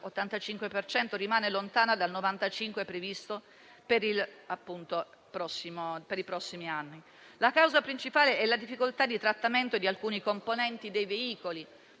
rimane lontana dal 95 previsto per i prossimi anni. La causa principale è la difficoltà di trattamento di alcuni componenti dei veicoli,